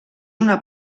una